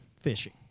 Fishing